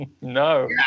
No